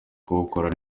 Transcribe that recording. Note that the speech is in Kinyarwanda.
kuwukora